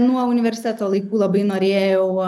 nuo universiteto laikų labai norėjau